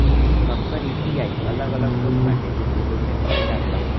सबकर यू.पी.आई अलग अलग होत बाटे जेसे पईसा भेजल जात हवे